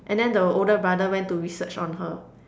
and then the older brother went to research on her